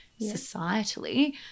societally